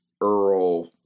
Earl